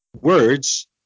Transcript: words